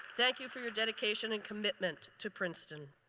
thank you for your dedication and commitment to princeton.